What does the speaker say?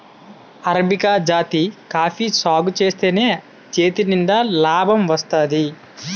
arabica జాతి coffee సాగుజేత్తేనే చేతినిండా నాబం వత్తాది